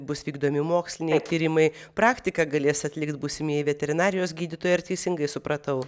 bus vykdomi moksliniai tyrimai praktiką galės atlikt būsimieji veterinarijos gydytojai ar teisingai supratau